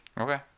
okay